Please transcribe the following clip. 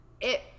It-